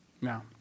Now